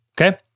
okay